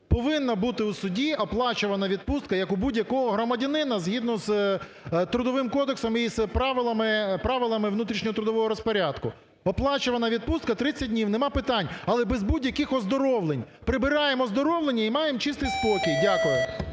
Повинна бути у судді оплачувана відпустка, як у будь-якого громадянина згідно з Трудовим кодексом і з правилами внутрішнього трудового розпорядку. Оплачувана відпустка – 30 днів. Нема питань. Але без будь-яких оздоровлень! Прибираємо оздоровлення і маємо чистий спокій. Дякую.